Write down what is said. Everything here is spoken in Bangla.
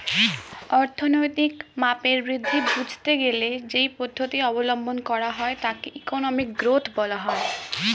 অর্থনৈতিক মাপের বৃদ্ধি বুঝতে গেলে যেই পদ্ধতি অবলম্বন করা হয় তাকে ইকোনমিক গ্রোথ বলা হয়